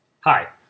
Hi